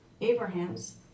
Abraham's